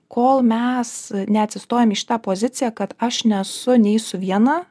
kol mes neatsistojam į šitą poziciją kad aš nesu nei su viena